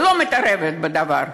ואני לא מתערבת בדבר,